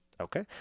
Okay